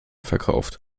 verkauft